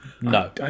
no